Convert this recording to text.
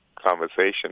conversation